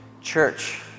Church